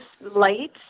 light